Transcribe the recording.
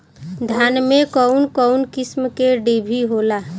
धान में कउन कउन किस्म के डिभी होला?